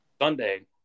Sunday